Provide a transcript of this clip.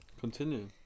Continue